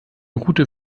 route